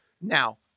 Now